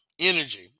Energy